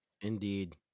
Indeed